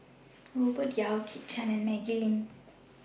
Robert Yeo Kit Chan and Maggie Lim